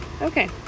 Okay